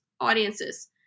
audiences